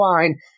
fine